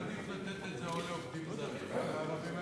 היה עדיף לתת את זה או לעובדים זרים או לערבים מהשטחים.